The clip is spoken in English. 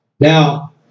Now